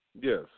yes